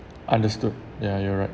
understood ya you're right